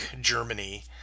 Germany